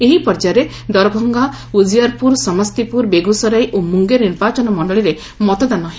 ଏହି ପର୍ଯ୍ୟାୟରେ ଦରଭଙ୍ଗା ଉଜିଆର୍ପ୍ରର ସମସ୍ତିପୁର ବେଗୁସରାଇ ଓ ମୁଙ୍ଗେର୍ ନିର୍ବାଚନ ମଣ୍ଡଳୀରେ ମତଦାନ ହେବ